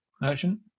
Merchant